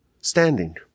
standing